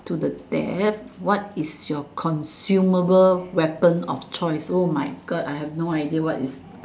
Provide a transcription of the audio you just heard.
to the death what is your consumable weapon of choice